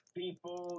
people